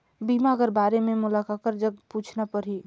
बीमा कर बारे मे मोला ककर जग पूछना परही?